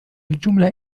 الجملة